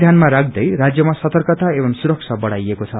ध्यानमा राख्दै राष्यमा सतर्कता एवं सुरक्षा बढ़ाइएको छ